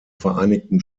vereinigten